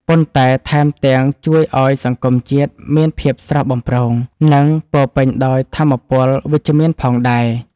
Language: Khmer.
ប៉ុន្តែថែមទាំងជួយឱ្យសង្គមជាតិមានភាពស្រស់បំព្រង និងពោរពេញដោយថាមពលវិជ្ជមានផងដែរ។